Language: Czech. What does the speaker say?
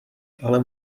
ale